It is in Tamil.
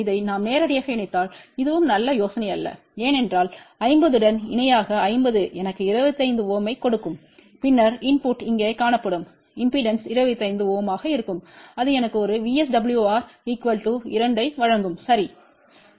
இதை நாம் நேரடியாக இணைத்தால் இதுவும் நல்ல யோசனையல்ல ஏனென்றால் 50 உடன் இணையாக 50 எனக்கு 25 Ω ஐக் கொடுக்கும் பின்னர் இன்புட்டு இங்கே காணப்படும் இம்பெடன்ஸ் 25 Ω ஆக இருக்கும் அது எனக்கு ஒரு VSWR 2 ஐ வழங்கும் சரி